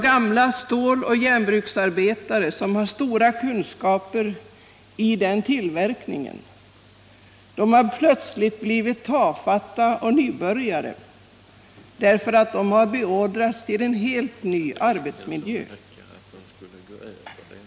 Gamla ståloch järnbruksarbetare som har stora kunskaper i den tillverkningen har plötsligt blivit tafatta och nybörjare, därför att de har beordrats till en helt ny arbetsmiljö.